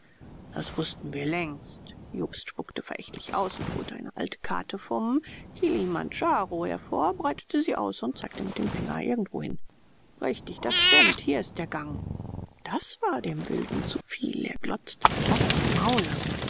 das wußten wir längst jobst spuckte verächtlich aus und holte eine alte karte vomkilimandjaro hervor breitete sie aus und zeigte mit dem finger irgendwo hin richtig das stimmt hier ist der gang das war dem wilden zu viel er glotzte mit offnem maule